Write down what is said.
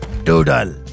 Doodle